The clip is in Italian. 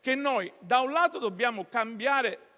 che da un lato dobbiamo cambiare